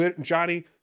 Johnny